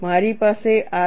મારી પાસે આ છે